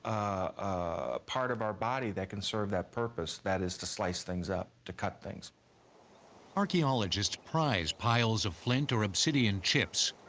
ah, part of our body that can serve that purpose that is, to slice things up, to cut things. narrator archaeologists prize piles of flint, or obsidian chips,